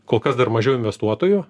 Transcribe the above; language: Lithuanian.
kol kas dar mažiau investuotojų